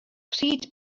pryd